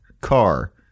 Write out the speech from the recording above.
car